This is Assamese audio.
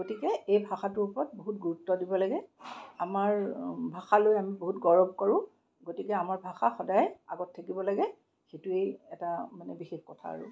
গতিকে এই ভাষাটোৰ ওপৰত বহুত গুৰুত্ব দিব লাগে আমাৰ ভাষা লৈ আমি বহুত গৌৰৱ কৰোঁ গতিকে আমাৰ ভাষা সদায় আগত থাকিব লাগে সেইটোয়েই এটা মানে বিশেষ কথা আৰু